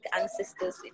ancestors